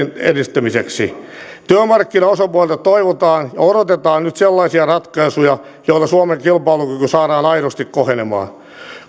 edistämiseksi työmarkkinaosapuolilta toivotaan ja odotetaan nyt sellaisia ratkaisuja joilla suomen kilpailukyky saadaan aidosti kohenemaan